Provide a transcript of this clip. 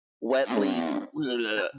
wetly